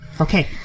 Okay